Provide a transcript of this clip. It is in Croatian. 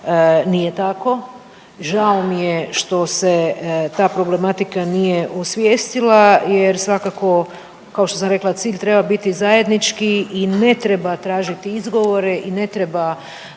nije tako i žao mi je što se ta problematika nije osvijestila jer svakako kao što sam rekla cilj treba biti zajednički i ne treba tražiti izgovore i ne treba